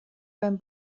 beim